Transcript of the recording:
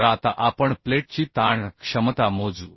तर आता आपण प्लेटची ताण क्षमता मोजू